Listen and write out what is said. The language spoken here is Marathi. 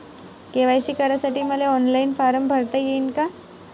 के.वाय.सी करासाठी मले ऑनलाईन फारम भरता येईन का?